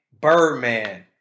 Birdman